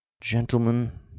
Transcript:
Gentlemen